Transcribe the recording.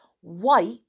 white